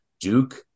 Duke